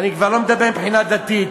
אני כבר לא מדבר מבחינה דתית.